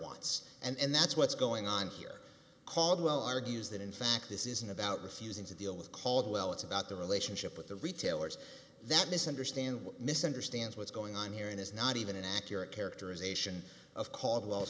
wants and that's what's going on here caldwell argues that in fact this isn't about refusing to deal with caldwell it's about the relationship with the retailers that misunderstand misunderstands what's going on here and it's not even an accurate characterization of cal